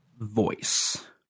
Voice